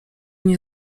nie